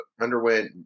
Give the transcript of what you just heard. underwent